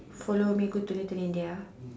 follow me go to little India